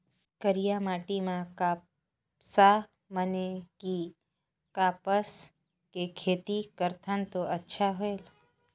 करिया माटी म कपसा माने कि कपास के खेती करथन तो अच्छा होयल?